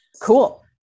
Cool